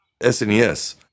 SNES